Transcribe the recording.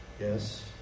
Yes